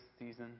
season